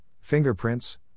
fingerprints